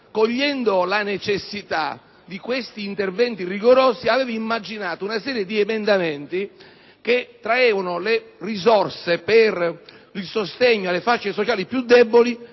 cogliendo la necessità di questi interventi rigorosi, aveva immaginato alcuni emendamenti che traevano le risorse per il sostegno alle fasce sociali più deboli,